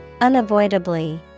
Unavoidably